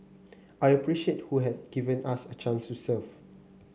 I appreciate who have given us a chance to serve